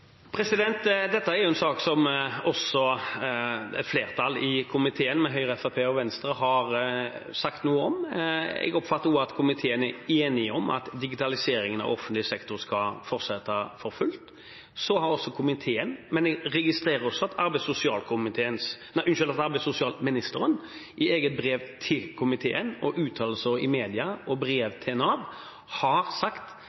flertall i komiteen, med Høyre, Fremskrittspartiet og Venstre, har sagt noe om. Jeg oppfatter også at komiteen er enig i at digitaliseringen av offentlig sektor skal fortsette for fullt, men jeg registrerer også at arbeids- og sosialministeren i eget brev til komiteen, i uttalelser i media og i brev til Nav har sagt